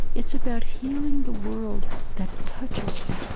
it's about healing the world that touches you,